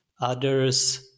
others